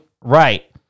right